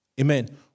Amen